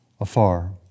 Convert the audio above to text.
afar